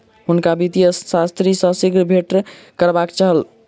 हुनका वित्तीय अर्थशास्त्री सॅ शीघ्र भेंट करबाक छल